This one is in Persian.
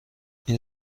این